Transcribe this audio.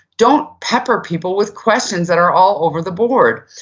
don't pepper people with questions that are all over the board.